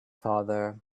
father